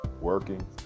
working